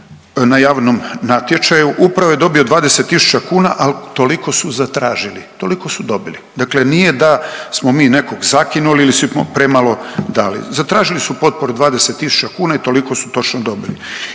na javnom natječaju, upravo je dobio 20 tisuća kuna, al toliko su zatražili, toliko su dobili, dakle nije da smo mi nekog zakinuli ili smo premalo dali, zatražili su potporu 20 tisuća kuna i toliko su točno dobili.